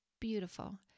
beautiful